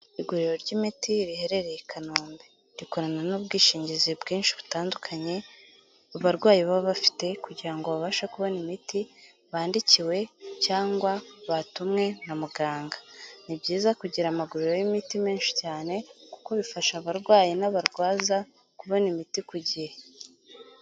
Iguriro ry'imiti riherereye i kanombe, rikorana n'ubwishingizi bwinshi butandukanye abarwayi baba bafite kugira ngo babashe kubona imiti bandikiwe cyangwa batumwe na muganga, ni byiza kugira amaguriro y'imiti menshi cyane kuko bifasha abarwayi n'abarwaza kubona imiti ku gihe.